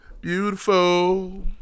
Beautiful